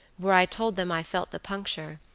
where i told them i felt the puncture,